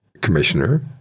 commissioner